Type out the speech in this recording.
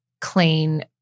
clean